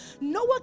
Noah